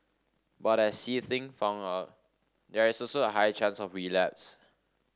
but as See Ting found out there is also a high chance of relapse